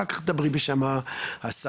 אחר-כך דברי בשם השרה,